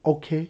okay